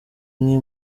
imwe